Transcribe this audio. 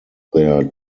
there